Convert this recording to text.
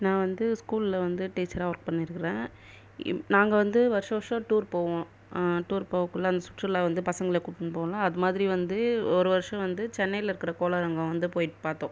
நான் வந்து ஸ்கூலில் வந்து டீச்சராக ஒர்க் பண்ணியிருக்கிறன் இ நாங்கள் வந்து வருஷ வருஷ டூர் போவோம் டூர் போவாக்குள்ள வந்து சுற்றுலா வந்து பசங்களை கூட்டிகிட்டு போவோம்ல அதுமாதிரி வந்து ஒரு வருஷம் வந்து சென்னையில் இருக்கிற கோளாரங்கம் வந்து போயிட்டு பார்த்தோம்